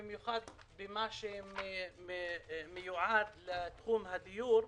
במיוחד במה שמיועד לתחום הדיור,